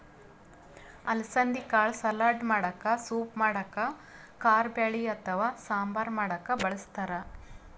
ಅಲಸಂದಿ ಕಾಳ್ ಸಲಾಡ್ ಮಾಡಕ್ಕ ಸೂಪ್ ಮಾಡಕ್ಕ್ ಕಾರಬ್ಯಾಳಿ ಅಥವಾ ಸಾಂಬಾರ್ ಮಾಡಕ್ಕ್ ಬಳಸ್ತಾರ್